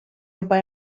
juba